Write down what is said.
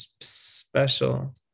special